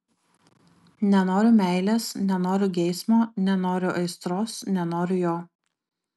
nenoriu meilės nenoriu geismo nenoriu aistros nenoriu jo